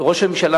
שראש הממשלה,